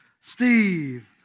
Steve